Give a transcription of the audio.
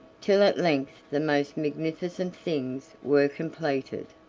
till at length the most magnificent things were completed.